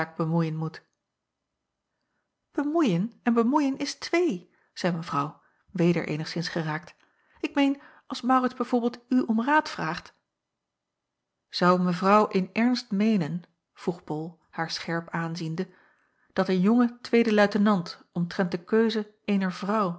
bemoeien moet bemoeien en bemoeien is twee zeî mevrouw weder eenigszins geraakt ik meen als maurits b v u om raad vraagt zou mevrouw in ernst meenen vroeg bol haar scherp aanziende dat een jonge tweede luitenant omtrent de keuze eener vrouw